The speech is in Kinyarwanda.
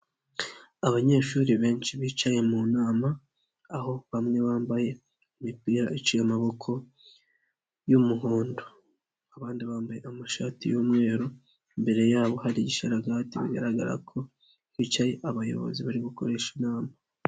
Abanyeshuri benshi bicaye mu nama, aho bamwe bambaye imipira iciye amaboko y'umuhondo, abandi bambaye n'amashati y'umweru, imbere yabo hari igisharagati, bigaragara ko bicaye abayobozi barimo gukoresha inama.